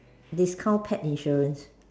discount pet insurance